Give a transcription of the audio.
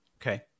Okay